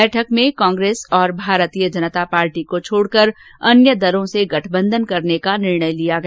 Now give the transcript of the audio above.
बैठक में कांग्रेस और भारतीय जनता पार्टी को छोड़कर अन्य दलों से गठबंधन करने का निर्णय लिया गया